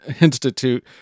Institute